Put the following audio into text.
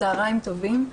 צהריים טובים.